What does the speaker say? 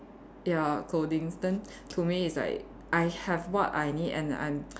ya clothings then to me it's like I have what I need and I'm